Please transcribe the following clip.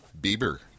Bieber